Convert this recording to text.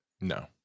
no